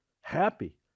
happy